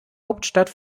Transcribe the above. hauptstadt